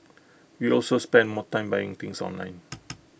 we also spend more time buying things online